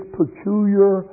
peculiar